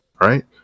Right